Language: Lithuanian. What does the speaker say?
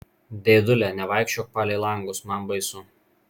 dėdule nevaikščiok palei langus man baisu